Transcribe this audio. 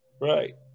right